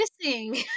missing